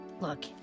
Look